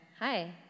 Hi